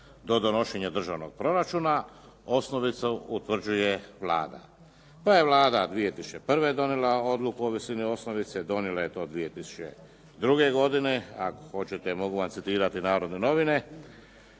do donošenja državnog proračuna, osnovicu utvrđuje Vlada". Pa je Vlada 2001. donijela odluku o visini osnovice, donijela je do 2002. godine, ako hoćete mogu vam citirati "Narodne novine".